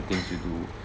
things you do